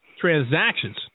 transactions